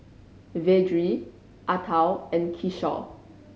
Vedre Atal and Kishore